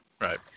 Right